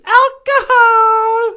alcohol